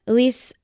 Elise